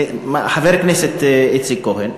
חבר הכנסת איציק כהן,